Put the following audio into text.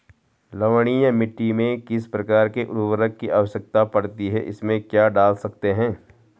लवणीय मिट्टी में किस प्रकार के उर्वरक की आवश्यकता पड़ती है इसमें क्या डाल सकते हैं?